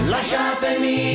Lasciatemi